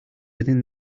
within